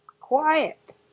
Quiet